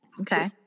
okay